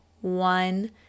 one